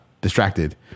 distracted